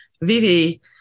Vivi